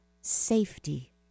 safety